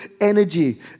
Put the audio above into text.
energy